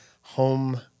home-